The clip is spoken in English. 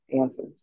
answers